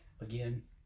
again